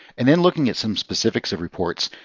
and then looking at some specifics of reports,